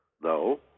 No